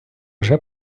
вже